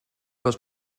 los